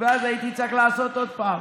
ואז הייתי צריך לעשות עוד פעם,